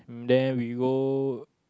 then we go